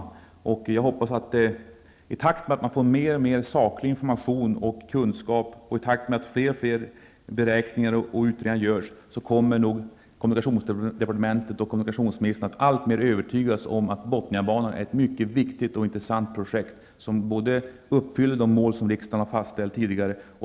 Jag hoppas att kommunikationsdepartementet och kommunikationsministern i takt med att man får mer och mer saklig information och kunskap samt i takt med att fler och fler beräkningar och utredningar görs skall komma att alltmer övertygas om att Bothniabanan är ett mycket viktigt och intressant projekt. Det uppfyller de mål som riksdagen har fastställt tidigare.